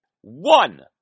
One